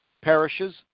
parishes